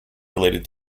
related